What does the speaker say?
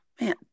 man